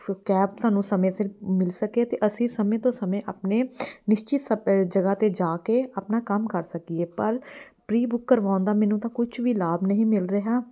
cab ਸਾਨੂੰ ਸਮੇਂ ਸਿਰ ਮਿਲ ਸਕੇ ਅਤੇ ਅਸੀਂ ਸਮੇਂ ਤੋਂ ਸਮੇਂ ਆਪਣੇ ਨਿਸ਼ਚਿਤ ਜਗ੍ਹਾ 'ਤੇ ਜਾ ਕੇ ਆਪਣਾ ਕੰਮ ਕਰ ਸਕੀਏ ਪਰ ਪ੍ਰੀ ਬੁੱਕ ਕਰਵਾਉਣ ਦਾ ਮੈਨੂੰ ਤਾਂ ਕੁਛ ਵੀ ਲਾਭ ਨਹੀਂ ਮਿਲ ਰਿਹਾ